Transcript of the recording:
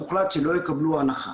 הוחלט שלא יקבלו הנחה.